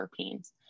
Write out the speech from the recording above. terpenes